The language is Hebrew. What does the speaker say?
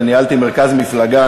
אני ניהלתי מרכז מפלגה,